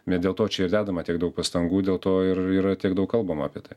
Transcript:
vien dėl to čia ir dedama tiek daug pastangų dėl to ir yra tiek daug kalbama apie tai